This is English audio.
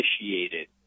initiated